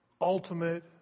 ultimate